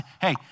hey